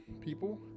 people